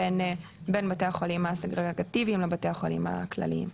בין בתי החולים הסגרגטיביים לבתי החולים הכליים.